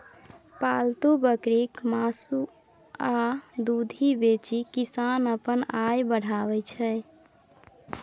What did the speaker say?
पालतु बकरीक मासु आ दुधि बेचि किसान अपन आय बढ़ाबै छै